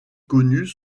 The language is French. connus